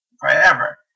forever